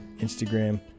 Instagram